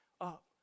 up